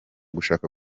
gushaka